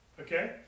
Okay